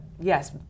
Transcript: yes